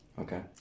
Okay